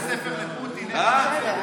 עכשיו הוא כותב ספר לפוטין איך לנצח.